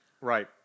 Right